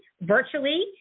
virtually